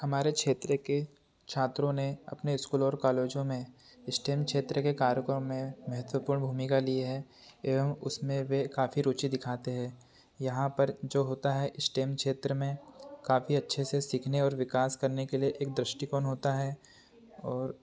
हमारे क्षेत्र के छात्रों ने अपने स्कूल और कॉलजों में स्टेम क्षेत्र के कारकों में महत्वपूर्ण भूमिका लिए हैं एवं उसमें वे काफी रुचि दिखाते हैं यहाँ पर जो होता है स्टेम क्षेत्र में काफी अच्छे से सीखने और विकास करने के लिए एक दृष्टिकोण होता है और